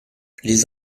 les